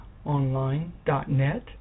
online.net